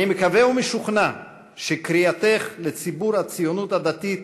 אני מקווה ומשוכנע שקריאתך לציבור הציונות הדתית